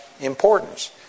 importance